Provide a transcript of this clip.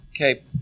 Okay